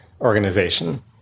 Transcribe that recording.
organization